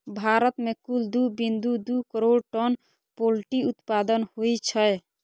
भारत मे कुल दू बिंदु दू करोड़ टन पोल्ट्री उत्पादन होइ छै